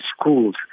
schools